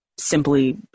simply